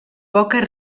poques